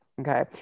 Okay